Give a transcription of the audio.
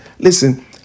Listen